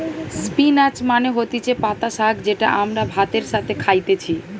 spinach মানে হতিছে পাতা শাক যেটা আমরা ভাতের সাথে খাইতেছি